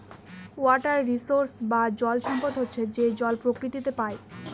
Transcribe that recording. water resource বা জল সম্পদ হচ্ছে যে জল প্রকৃতিতে পাই